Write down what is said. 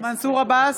מנסור עבאס,